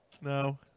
No